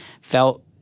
felt